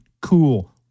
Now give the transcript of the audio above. cool